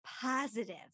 positive